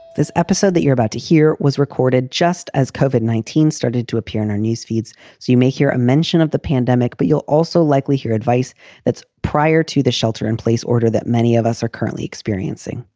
this episode that you're about to hear was recorded just as cauvin, nineteen, started to appear in her newsfeeds, so you may hear a mention of the pandemic, but you'll also likely hear advice that's prior to the shelter in place order that many of us are currently experiencing.